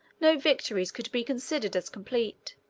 no victories could be considered as complete.